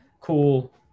cool